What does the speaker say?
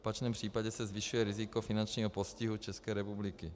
V opačném případě se zvyšuje riziko finančního postihu České republiky.